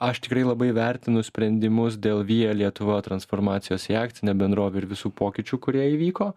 aš tikrai labai vertinu sprendimus dėl via lietuva transformacijos į akcinę bendrovę ir visų pokyčių kurie įvyko